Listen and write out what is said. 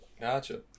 gotcha